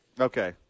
Okay